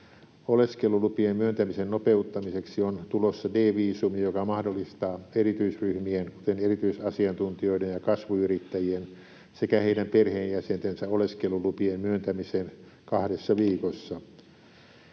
Oleskelulupien myöntämisen nopeuttamiseksi on tulossa D-viisumi, joka mahdollistaa erityisryhmien, kuten erityisasiantuntijoiden ja kasvuyrittäjien sekä heidän perheenjäsentensä, oleskelulupien myöntämisen kahdessa viikossa.